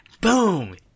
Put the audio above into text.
Boom